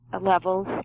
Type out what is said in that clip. levels